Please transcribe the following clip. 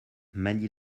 manie